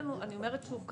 אני אומרת שוב,